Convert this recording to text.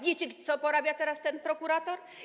Wiecie, co porabia teraz ten prokurator?